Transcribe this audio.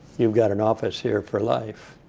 you've got an office here for life.